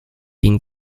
been